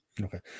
okay